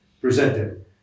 presented